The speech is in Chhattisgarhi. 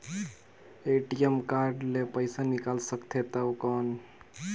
ए.टी.एम कारड ले पइसा निकाल सकथे थव कौन?